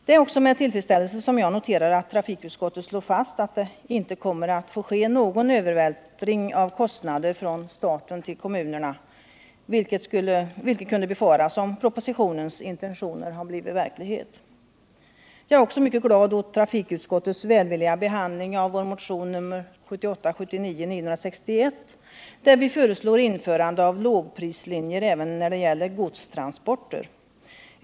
Det är också med tillfredsställelse som jag noterar att trafikutskottet slår fast att det inte kommer att få ske någon övervältring av kostnader från staten till kommunerna, vilket kunde befaras om propositionens intentioner blivit verklighet. Jag är också mycket glad över trafikutskottets välvilliga behandling av vår motion 1978/79:961, där vi föreslår införande av lågprislinjer även när det gäller godstransporter.